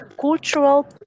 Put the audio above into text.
cultural